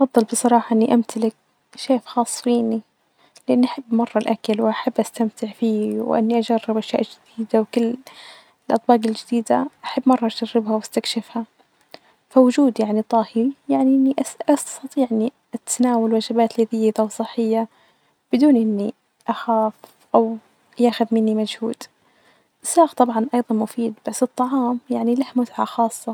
أفضل بصراحة إي أمتلك شيف خاص فيني .لإني أحب مرة الأكل وأحب أستمتع فيه وإني أجرب أشياء جديدة ،وكل الأطباق الجديدة أحب مرة أجربها وأستكشفها فوجود يعني الطاهي ،يعني إني أس -أستطيع إني أتناول وجبات لذيذة وصحية بدون إني أخاف ،أو ياخد مني مجهود ،السائق طبعا أيضا مفيد بس الطعام يعني له متعة خاصة.